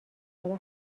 ابزار